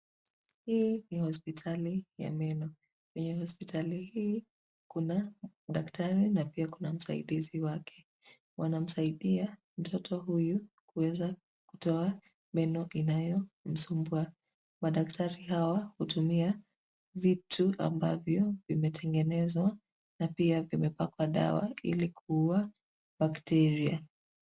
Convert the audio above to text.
Hii ni hospitali ya meno kwenye hospitali hii kuna daktari na pia kuna msaidizi wake , wanamsaidia mtoto huyu kuweza kutoa meno inayomsumbua, madaktari hawa hutumia vitu ambavyo vimetengenezwa na pia vimepakwa dawa ili kuuwa bakteria.